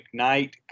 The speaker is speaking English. mcknight